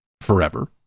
forever